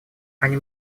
они